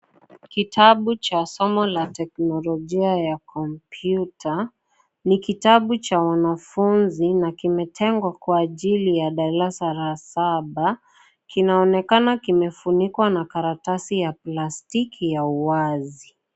Kitabu cha somo la teknolojia ya kompyuta. Ni kitabu cha wanafunzi na kimetengwa kwa ajili ya darasa la saba. Kinaonekana kimefunikwa na karatasi ya plastiki ya wazi.